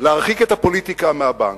להרחיק את הפוליטיקה מהבנק,